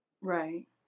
Right